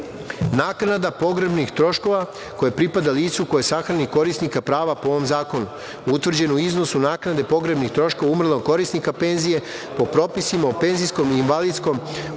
naknada pogrebnih troškova koje pripada licu koje sahrani korisnika prava po ovom zakonu utvrđen u iznosu naknade pogrebnih troškova umrlog korisnika penzije po propisima o PIO, osim u slučaju